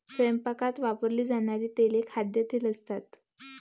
स्वयंपाकात वापरली जाणारी तेले खाद्यतेल असतात